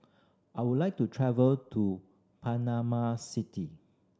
I would like to travel to Panama City